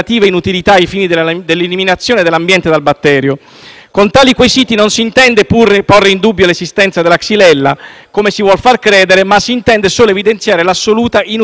Con tali quesiti si intende non porre in dubbio l'esistenza della xylella - come si vuol far credere - ma solo evidenziare l'assoluta inutilità della eradicazione degli olivi quale misura di contrasto al batterio.